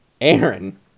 Aaron